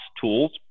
tools